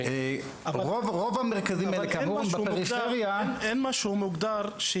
רוב המרכזים --- אבל אין משהו מוגדר,